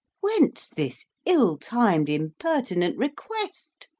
whence this ill-timed impertinent request?